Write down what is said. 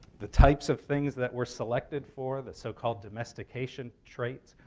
the types of things that were selected for, the so-called domestication traits,